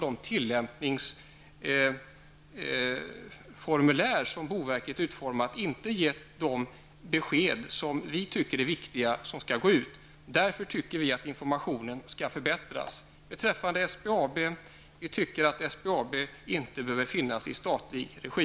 De tillämpningsformulär som boverket utformat har inte gett de besked som vi tycker är viktiga och som skall nå ut. Vi tycker att informationen skall förbättras. Vi tycker att SBAB inte behöver finnas i statlig regi.